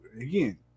again